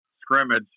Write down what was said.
scrimmage